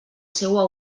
seua